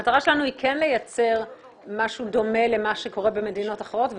המטרה שלנו היא כן לייצר משהו דומה למה שקורה במדינות אחרות,